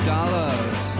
dollars